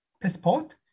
passport